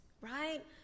right